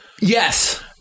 Yes